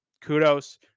kudos